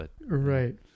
Right